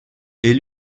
est